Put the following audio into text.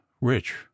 rich